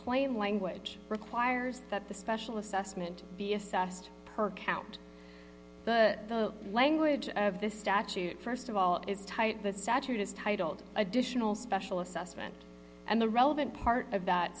plain language requires that the special assessment be assessed per count but the language of the statute st of all is tight the statute is titled additional special assessment and the relevant part of that